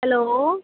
hello